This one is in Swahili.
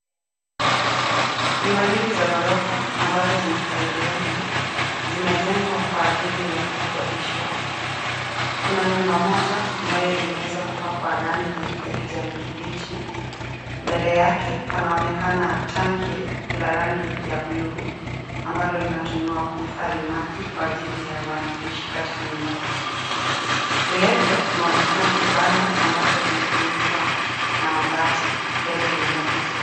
Nyumba nyingi za ghorofa ambazo zimekaribiana zimejengwa kwa ajili ya kukodishwa. Kuna nyumba moja ambayo imeweza kupakwa rangi ya kijani kibichi. Mbele yake panaonekana tanki la rangi ya bluu ambalo linatumiwa kuhifadhi maji kwa ajili ya wanaoishi katika nyumba hizo. Vile vile kunaonekana kibanda ambacho kimefunikwa na mabati mbele ya nyumba hizo.